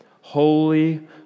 Holy